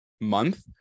month